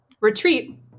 retreat